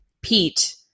Pete